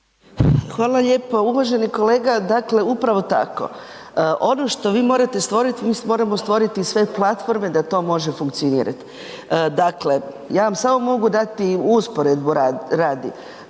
Hvala lijepo. Uvaženi kolega dakle upravo tako. Ono što vi morate stvoriti, mi moramo stvoriti sve platforme da to može funkcionirati. Dakle ja vam samo mogu dati usporedbu radi,